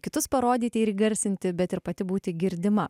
kitus parodyti ir įgarsinti bet ir pati būti girdima